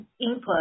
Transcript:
input